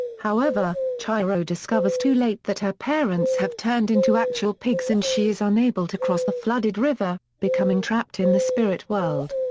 however, chihiro discovers too late that her parents have turned into actual pigs and she is unable to cross the flooded river, becoming trapped in the spirit world.